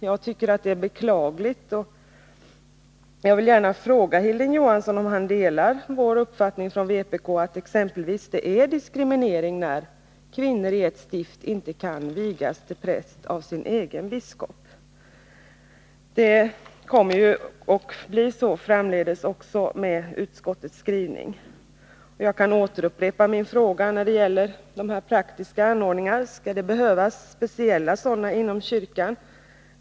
Jag anser att det är beklagligt, och jag vill gärna fråga Hilding Johansson: Delar Hilding Johansson vpk:s uppfattning att det är diskriminering exempelvis när kvinnor i ett stift inte kan vigas till präst av sin egen biskop? Det kommer att bli så framdeles också i och med utskottets skrivning. Jag vill upprepa min fråga när det gäller de praktiska anordningarna: Skall det behövas speciella sådana inom kyrkan?